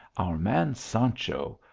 our man, sancho,